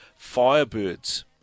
Firebirds